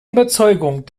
überzeugung